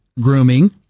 grooming